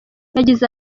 yagize